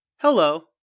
Hello